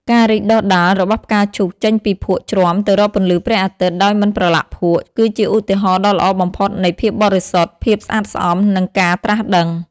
ការរីកដុះដាលរបស់ផ្កាឈូកចេញពីភក់ជ្រាំទៅរកពន្លឺព្រះអាទិត្យ ដោយមិនប្រឡាក់ភក់ គឺជាឧទាហរណ៍ដ៏ល្អបំផុតនៃ ភាពបរិសុទ្ធ ភាពស្អាតស្អំ និងការត្រាស់ដឹង។